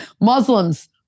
Muslims